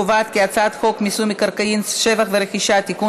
חוק מיסוי מקרקעין (שבח ורכישה) (תיקון,